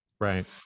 right